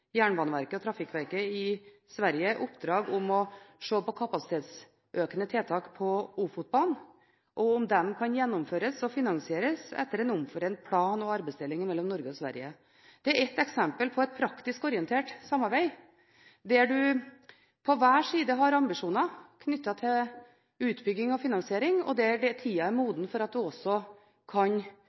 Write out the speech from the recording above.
Jernbaneverket og Trafikverket i Sverige oppdrag om å se på kapasitetsøkende tiltak på Ofotbanen, og om de kan gjennomføres og finansieres etter en omforent plan og arbeidsdeling mellom Norge og Sverige. Det er ett eksempel på et praktisk orientert samarbeid, der man på hver side har ambisjoner knyttet til utbygging og finansiering, og der tiden er moden for at man også kan